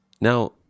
Now